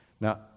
Now